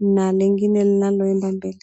na lingine linaloenda mbele.